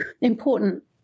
important